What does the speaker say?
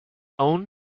own